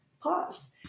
pause